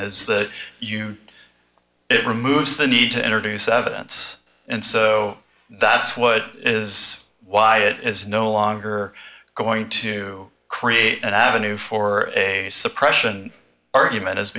is that you it removes the need to introduce evidence and so that's what is why it is no longer going to create an avenue for a suppression argument is